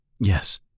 Yes